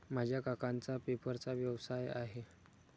माझ्या काकांचा पेपरचा व्यवसाय आहे